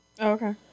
Okay